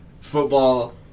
football